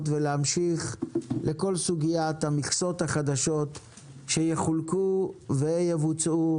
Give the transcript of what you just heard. ולהמשיך לכל סוגיית המכסות החדשות שיחולקו ויבוצעו,